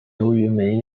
由于